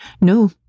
No